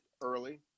early